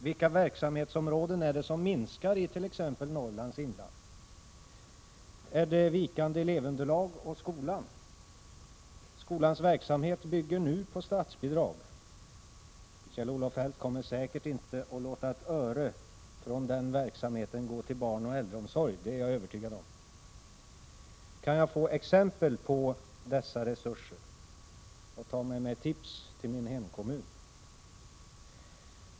Vilka verksamhetsområden är det som minskar i t.ex. Norrlands inland? Är det vikande elevunderlag i skolan? Skolans verksamhet bygger nu på statsbidrag. Kjell-Olof Feldt kommer säkerligen inte att låta ett öre från den verksamheten gå till barnoch äldreomsorgen; det är jag övertygad om. Kan jag få exempel på de här resurserna, så att jag kan ta med mig tips till min hemkommun?